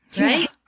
right